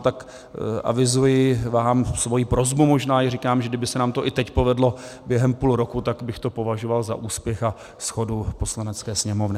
Tak vám avizuji svoji prosbu, možná i říkám, že kdyby se nám to i teď povedlo během půl roku, tak bych to považoval za úspěch a shodu Poslanecké sněmovny.